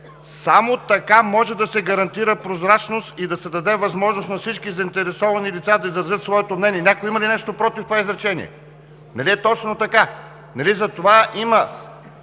Само така може да се гарантира прозрачност и да се даде възможност на всички заинтересовани лица да изразят своето мнение“. Някои има ли нещо против това изречение?! Нали е точно така?! Нали затова има